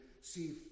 see